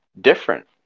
different